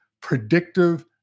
predictive